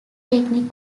technique